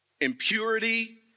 impurity